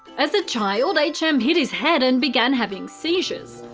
as a child, h m. hit his head and began having seizures.